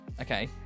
okay